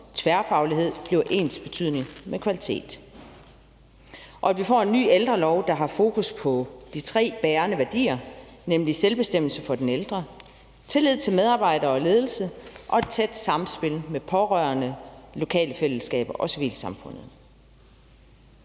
tværfaglighed bliver ensbetydende med kvalitet, og at vi får en ny ældrelov, der har fokus på de tre bærende værdier, nemlig selvbestemmelse for den ældre, tillid til medarbejdere og ledelse og et tæt sammenspil med de pårørende, de lokale fællesskaber og civilsamfundet.